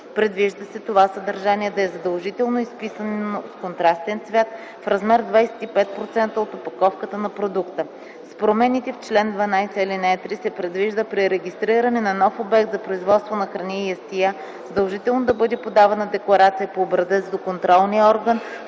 Предвижда се това съдържание да е задължително изписано с контрастен цвят, в размер 25% от опаковката на продукта. С промените в чл. 12, ал. 3 се предвижда при регистриране на нов обект за производство на храни и ястия задължително да бъде подавана декларация по образец до контролния орган